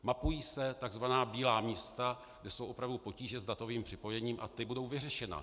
Mapují se tzv. bílá místa, kde jsou opravdu potíže s datovým připojením, a ta budou vyřešena.